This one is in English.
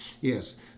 Yes